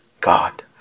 God